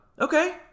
Okay